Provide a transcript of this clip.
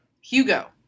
Hugo